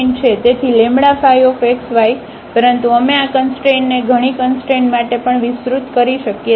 તેથી λϕxyપરંતુ અમે આ કંસટ્રેનને ઘણી કંસટ્રેન માટે પણ વિસ્તૃત કરી શકીએ છીએ